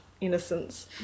innocence